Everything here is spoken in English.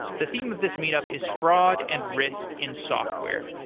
the theme of this meet up is fraud and risk in software.